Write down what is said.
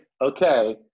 okay